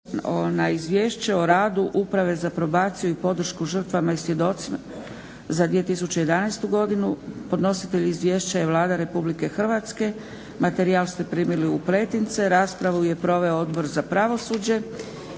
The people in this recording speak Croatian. - Izvješće o radu Uprave za probaciju i podršku žrtvama i svjedocima za 2011. godinu Podnositelj izvješća je Vlada Republike Hrvatske. Materijal ste primili u pretince. Raspravu je proveo Odbor za pravosuđe.